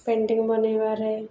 painting ବନାଇବାରେ